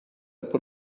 put